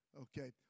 Okay